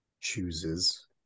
chooses